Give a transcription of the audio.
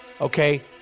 Okay